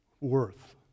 worth